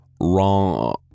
Wrong